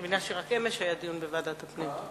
אני מבינה שרק אמש היה דיון בוועדת הפנים.